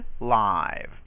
live